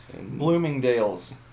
Bloomingdale's